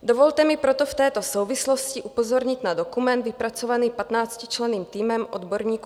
Dovolte mi proto v této souvislosti upozornit na dokument vypracovaný patnáctičlenným týmem odborníků